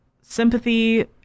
sympathy